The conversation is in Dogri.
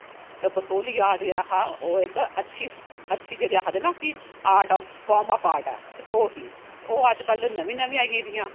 बसोली आर्ट जेहड़ा हा ओह् इक अच्छी जेहड़ी आक्खदे ना कि art of form of art ऐ ओह् ही ओह् अजकल नमीं नमीं आई गेदियां